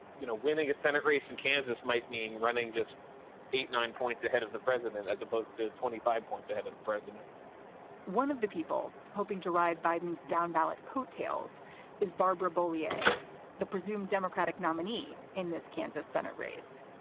you know, winning a senate race in kansas might mean running just eight, nine points ahead of the president, as opposed to twenty five points ahead of the president one of the people hoping to ride biden's down ballot coattails is barbara bollea, the presumed democratic nominee in this kansas senate race.